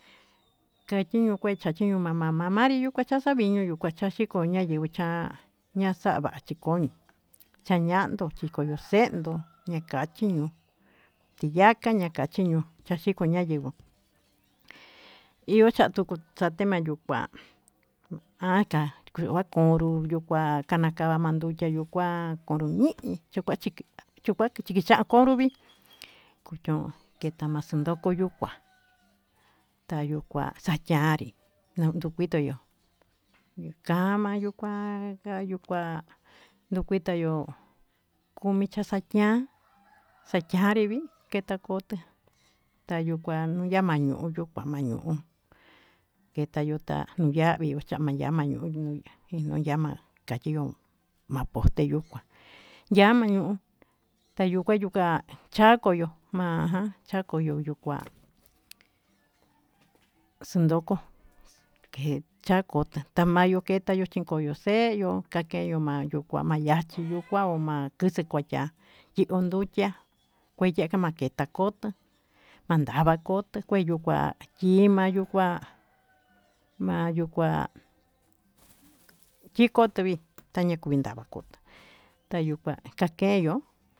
Kachiño kue kachiño kacha namama manri yuu kacha viñuu ñuu, kuachachi koña'a yuu chá ña'a xava'a chikoin chañando chikonoxendó ña'a kachí ñuu tiyaka nakachi ño'o chiko ña'a yenguó iho xatuku xatima yuu kuá, acha kuya'a konro yuu kuá tanda kana mayukiá yuu kuá konro ñii chimachukiá tukua chimika koña konro ñii kotón ketema'a xundokió yuu kuá tayuu kuá xañanrí nanduvito yo'o nii kama'a yuu kuá kayuu kuá no'o kitá yo'ó komi xachayá xachanri mii ké xakote kayukuan yamaniuyu kuan ñamañuu ketayota nuu yavii, chama yama ñuu inoyama kayuión ma'a poxee yuu koá yamañuu kayuu kua yuka'a chako yo'o ma'a jan chako yo yuu kua xandokó, kechakota tamayo yoo keta yoo chinkoyó xeyuu kakeyo kuá ma'a yachí no'o kuauma kixe kua'a ya'á keondukiá kueya kemaketa ko'o ta'á mandava kota keyuu kua ima yuu kuá mayuu kuá kikote vii taña kuii nannguotá tayuu kuá kakeyó.